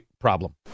problem